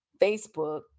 Facebook